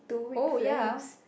oh ya